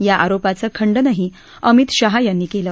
या आरोपाचं खंडनही अमित शाह यांनी केलं